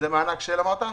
מענק זה אמרת?